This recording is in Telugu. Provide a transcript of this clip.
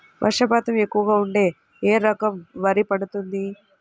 వర్షపాతం ఎక్కువగా ఉంటే ఏ రకం వరి పండుతుంది?